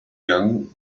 young